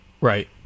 Right